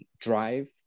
drive